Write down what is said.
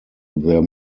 their